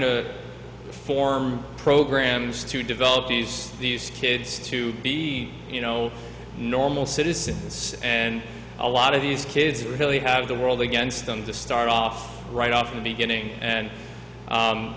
to form programs to develop these these kids to be you know normal citizens and a lot of these kids really have the world against them to start off right off the beginning